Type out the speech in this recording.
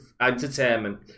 entertainment